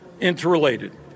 interrelated